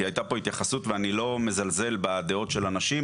כי הייתה פה התייחסות ואני לא מזלזל בדעות של אנשים,